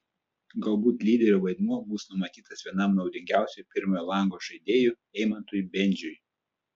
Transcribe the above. galbūt lyderio vaidmuo bus numatytas vienam naudingiausių pirmojo lango žaidėjų eimantui bendžiui